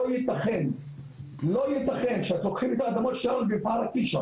לא ייתכן שלוקחים את האדמות שלנו בקישון,